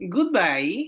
Goodbye